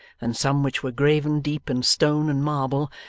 than some which were graven deep in stone and marble,